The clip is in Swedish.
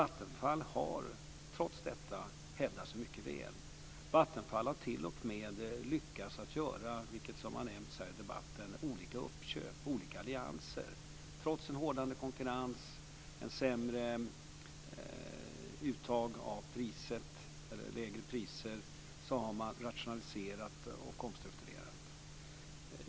Vattenfall har trots detta hävdat sig mycket väl. Vattenfall har t.o.m. lyckats att göra, vilket har nämnts här i debatten, olika uppköp och olika allianser. Trots en hårdnande konkurrens och lägre priser har man rationaliserat och omstrukturerat.